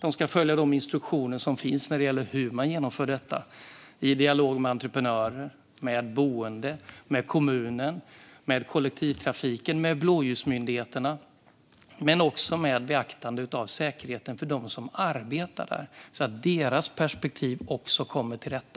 De ska följa de instruktioner som finns när det gäller hur man genomför detta i dialog med entreprenörer, boende, kommunen, kollektivtrafiken och blåljusmyndigheterna och med beaktande av säkerheten för dem som arbetar där så att deras perspektiv också kommer till sin rätt.